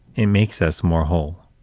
it makes us more whole.